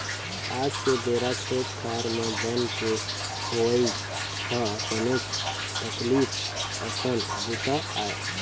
आज के बेरा खेत खार म बन के होवई ह बनेच तकलीफ असन बूता आय